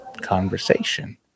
conversation